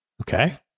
Okay